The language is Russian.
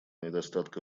недостатка